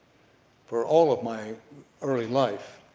for all of my early life,